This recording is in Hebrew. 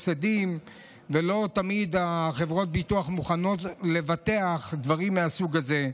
ולא תמיד חברות הביטוח מוכנות לבטח דברים מהסוג הזה.